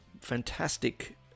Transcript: fantastic